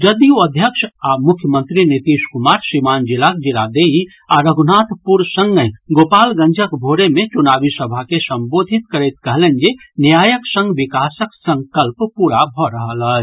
जदयू अध्यक्ष आ मुख्यमंत्री नीतीश कुमार सीवान जिलाक जीरादेई आ रघुनाथपुर संगहि गोपालगंजक भोरे मे चुनावी सभा के संबोधित करैत कहलनि जे न्यायक संग विकासक संकल्प पूरा भऽ रहल अछि